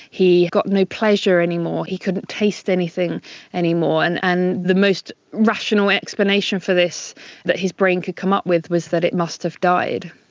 he got no pleasure anymore, he couldn't taste anything anymore. and and the most rational explanation for this that his brain could come up with was that it must have died.